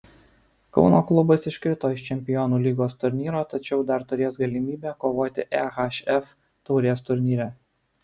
kauno klubas iškrito iš čempionų lygos turnyro tačiau dar turės galimybę kovoti ehf taurės turnyre